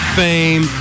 fame